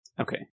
Okay